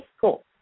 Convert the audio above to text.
Cool